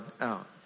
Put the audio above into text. out